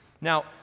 Now